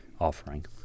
offering